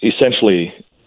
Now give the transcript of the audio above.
essentially